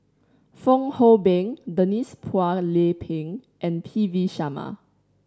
Fong Hoe Beng Denise Phua Lay Peng and P V Sharma